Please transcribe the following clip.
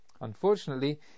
unfortunately